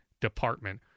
Department